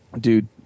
dude